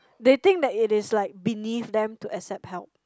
they think that it is like beneath them to accept help